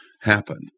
happen